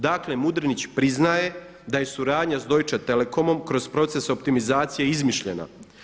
Dakle Mudrinić priznaje da je suradnja sa Deutsche Telekomom kroz proces optimizacije izmišljena.